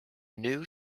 new